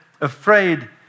afraid